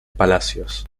palacios